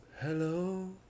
Hello